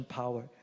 power